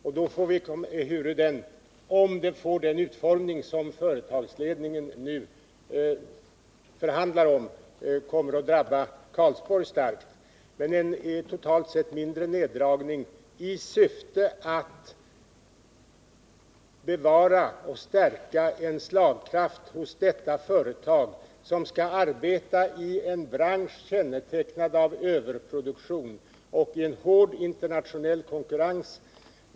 Visserligen kommer den —- om den får den utformning som företagsledningen nu förhandlar om — att hårt drabba Karlsborg. Men det är ändå fråga om en totalt sett mindre neddragning. Den görs i syfte att bevara och stärka slagkraften hos detta företag, som arbetar i en bransch kännetecknad av överproduktion och hård internationell konkurrens.